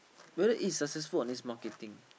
whether is successful on this marketing